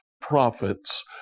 prophets